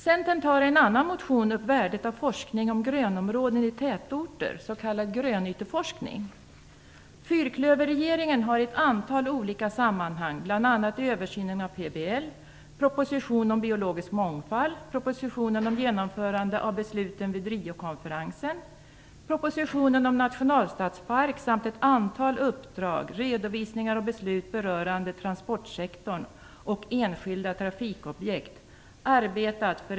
Centern tar i en annan motion upp värdet av forskning om grönområden i tätorter, s.k. grönyteforskning. Fyrklöverregeringen har i ett antal olika sammanhang arbetat för ett ökat skydd för grönområden, bl.a. i översynen av PBL, propositionen om biologisk mångfald, propositionen om genomförande av besluten vid Riokonferensen, propositionen om nationalstadspark samt i ett antal uppdrag, redovisningar och beslut rörande transportsektorn och enskilda trafikobjekt.